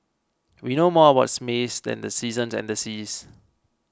we know more about space than the seasons and the seas